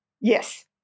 Yes